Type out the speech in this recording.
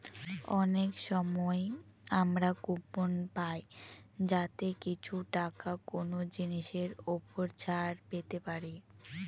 অনেক সময় আমরা কুপন পাই যাতে কিছু টাকা কোনো জিনিসের ওপর ছাড় পেতে পারি